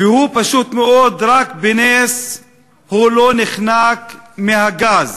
והוא פשוט מאוד רק בנס לא נחנק מהגז.